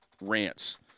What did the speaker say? rants